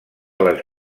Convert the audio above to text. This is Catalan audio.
les